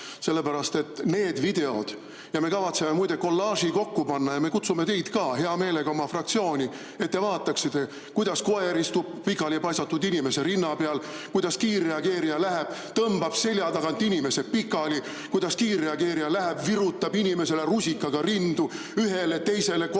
videoid vaadanud. Need videod – me kavatseme muide kollaaži kokku panna ja me kutsume teid ka hea meelega oma fraktsiooni, et te vaataksite, kuidas koer istub pikali paisatud inimese rinna peal, kuidas kiirreageerija läheb, tõmbab selja tagant inimese pikali, kuidas kiirreageerija läheb, virutab inimesele rusikaga rindu – ühele, teisele, kolmandale.